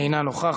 אינה נוכחת.